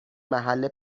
محل